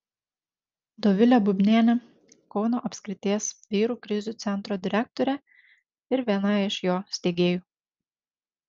dovilė bubnienė kauno apskrities vyrų krizių centro direktorė ir viena iš jo steigėjų